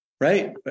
right